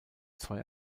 zwei